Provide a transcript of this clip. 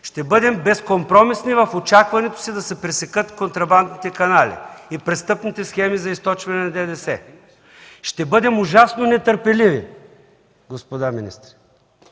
ще бъдем безкомпромисни в очакването ни да се пресекат контрабандните канали и престъпните схеми за източване на ДДС; ще бъдем ужасно нетърпеливи, господа министри!